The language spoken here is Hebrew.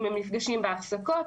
אם הם נפגשים בהפסקות,